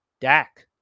Dak